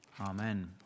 Amen